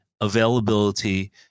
availability